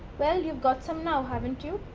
well, you have got some now. have and you